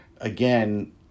again